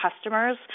customers